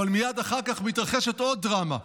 אבל מייד אחר כך מתרחשת עוד דרמה.